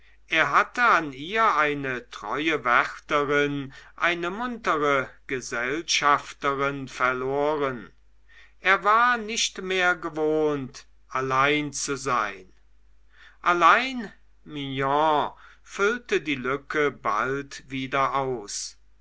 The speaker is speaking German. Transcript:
er hatte an ihr eine treue wärterin eine muntere gesellschafterin verloren er war nicht mehr gewohnt allein zu sein allein mignon füllte die lücke bald wieder aus